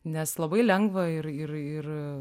nes labai lengva ir ir ir